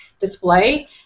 display